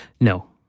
No